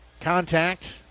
contact